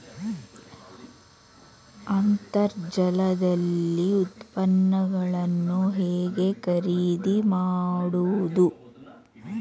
ಅಂತರ್ಜಾಲದಲ್ಲಿ ಉತ್ಪನ್ನಗಳನ್ನು ಹೇಗೆ ಖರೀದಿ ಮಾಡುವುದು?